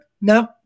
No